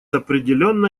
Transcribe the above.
определенно